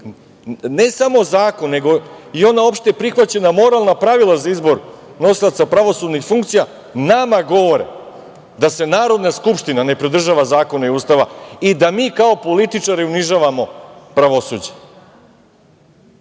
ne samo zakon, nego i ona opšte prihvaćena moralna pravila za izbor nosilaca pravosudnih funkcija nama govore da se Narodna skupština ne pridržava Zakona o Ustava i da mi kao političari unižavamo pravosuđe.